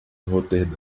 roterdã